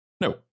No